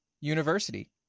university